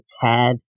tad